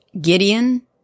Gideon